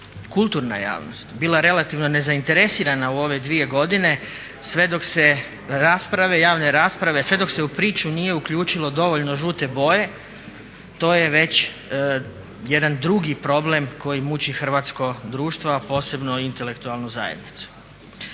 kulturna javnost bila relativno nezainteresirana u ove dvije godine sve dok se rasprave, javne rasprava, sve dok se u priču nije uključilo dovoljno žute boje to je već jedan drugi problem koji muči hrvatsko društvo a posebno intelektualnu zajednicu.